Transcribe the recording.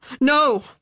no